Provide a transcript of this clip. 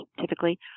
typically